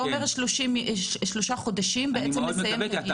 אתה אומר שבעוד שלושה חודשים אתה בעצם מסיים את הגיוס?